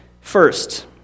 First